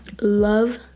love